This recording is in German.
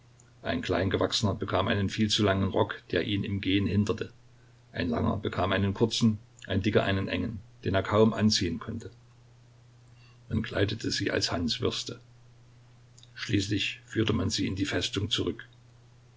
ein kleingewachsener bekam einen viel zu langen rock der ihn im gehen hinderte ein langer bekam einen kurzen ein dicker einen engen den er kaum anziehen konnte man kleidete sie als hanswürste schließlich führte man sie in die festung zurück